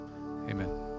Amen